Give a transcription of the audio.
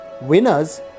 Winners